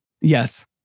Yes